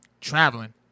traveling